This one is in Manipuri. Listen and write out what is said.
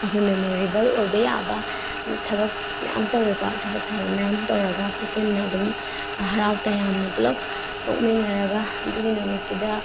ꯑꯩꯈꯣꯏ ꯃꯦꯃꯣꯔꯦꯕꯜ ꯑꯣꯏꯕ ꯌꯥꯕ ꯊꯕꯛ ꯃꯌꯥꯝ ꯇꯧꯏꯀꯣ ꯊꯕꯛ ꯊꯧꯔꯝ ꯃꯌꯥꯝ ꯇꯧꯔꯒ ꯑꯩꯈꯣꯏ ꯄꯨꯟꯅ ꯑꯗꯨꯝ ꯍꯔꯥꯎ ꯇꯌꯥꯝꯅ ꯄꯨꯂꯞ ꯅꯣꯛꯃꯤꯟꯅꯔꯒ ꯑꯗꯨꯒꯤ ꯅꯨꯃꯤꯠꯇꯨꯗ